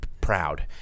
Proud